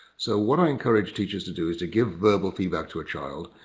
so what i encourage teachers to do is to give verbal feedback to a child.